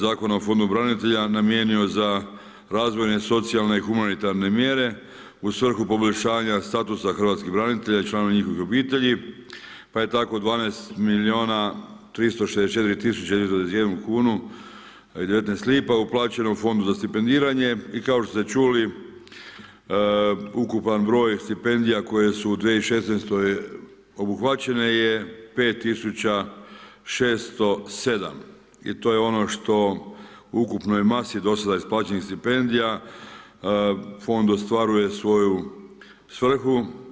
Zakona o Fondu branitelja namijenio za razvojne, socijalne i humanitarne mjere u svrhu poboljšanja statusa hrvatskih branitelja i članova njihovih obitelji, da je tako 12 milijuna 364 000 … i 19 lipa uplaćeno u Fond za stipendiranje i kao što ste čuli ukupan broj stipendija koje su u 2016. obuhvaćene je 5607 i to je ono što u ukupnoj masi do sada isplaćenih stipendija fond ostvaruje svoju svrhu.